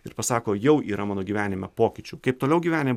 ir pasako jau yra mano gyvenime pokyčių kaip toliau gyveni